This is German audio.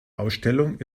ausstellung